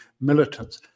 militants